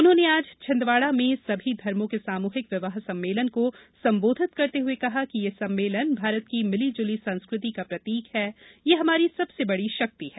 उन्होंने आज छिंदवाड़ा में सभी धर्मो के सामूहिक विवाह सम्मेलन को संबोधित करते हुए कहा कि यह सम्मेलन भारत की मिली जुली संस्कृति का प्रतीक है यह हमारी सबसे बड़ी शक्ति है